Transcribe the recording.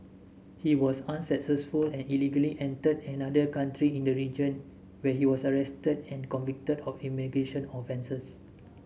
he was unsuccessful and illegally entered another country in the region where he was arrested and convicted of immigration offences